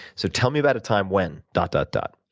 so tell me about a time when, dot, dot, dot.